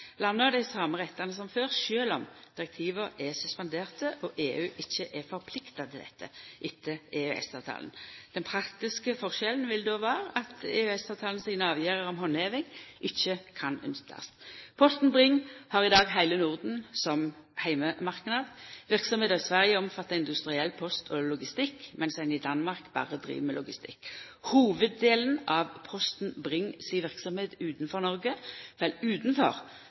dei same rettane som før, sjølv om direktiva er suspenderte og EU ikkje er forplikta til dette etter EØS-avtalen. Den praktiske forskjellen vil då vera at EØS-avtalen sine avgjerder om handheving ikkje kan nyttast. Posten Bring har i dag heile Norden som heimemarknad. Verksemda i Sverige omfattar industriell post og logistikk, medan ein i Danmark berre driv med logistikk. Hovuddelen av Posten Bring si verksemd utanfor Noreg fell utanfor